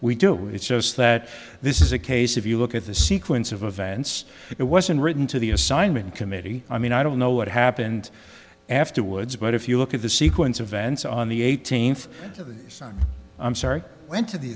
we do it's just that this is a case if you look at the sequence of events it wasn't written to the assignment committee i mean i don't know what happened afterwards but if you look at the sequence of events on the eighteenth i'm sorry went to the